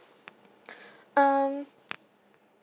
um